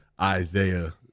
isaiah